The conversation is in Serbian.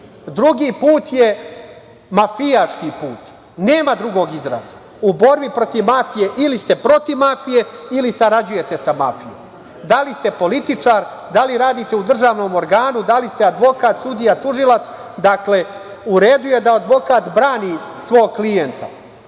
put je mafijaški put, nema drugog izraza. U borbi protiv mafije ili ste protiv mafije, ili sarađujete sa mafijom, da li ste političar, da li radite u državnom organu, da li ste advokat, sudija, tužilac. Dakle, u redu je da advokat brani svog klijenta,